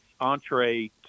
entree